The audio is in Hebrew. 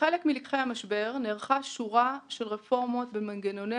כחלק מלקחי המשבר נערכה שורה של רפורמות במנגנוני